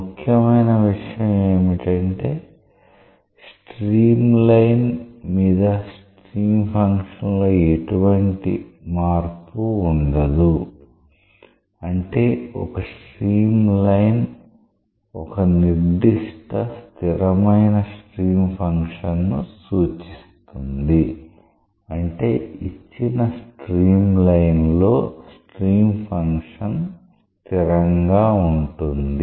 ముఖ్యమైన విషయం ఏమిటంటే స్ట్రీమ్ లైన్ మీద స్ట్రీమ్ ఫంక్షన్లో ఎటువంటి మార్పు ఉండదు అంటే ఒక స్ట్రీమ్ లైన్ ఒక నిర్దిష్ట స్థిరమైన స్ట్రీమ్ ఫంక్షన్ను సూచిస్తుంది అంటే ఇచ్చిన స్ట్రీమ్ లైన్ లో స్ట్రీమ్ ఫంక్షన్ స్థిరంగా ఉంటుంది